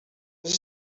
this